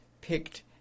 picked